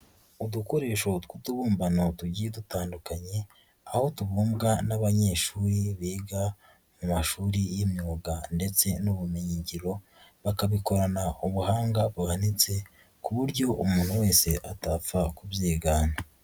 Udukoresho tw'utubumbano tujyiye dutandukanye, aho tubumbwa n'abanyeshuri biga mu mashuri y'imyuga ndetse n'ubumenyingiro ,bakabikorana ubuhanga buhanitse ku buryo umuntu wese atapfa kubyigana.